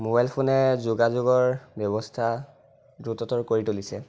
mobile ফোনে যোগাযোগৰ ব্য়ৱস্থা দ্ৰুততৰ কৰি তুলিছে